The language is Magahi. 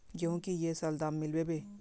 गेंहू की ये साल दाम मिलबे बे?